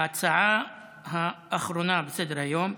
ההצעה האחרונה לסדר-היום: